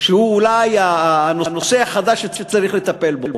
שהוא אולי הנושא החדש שצריך לטפל בו,